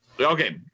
Okay